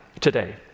today